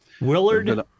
Willard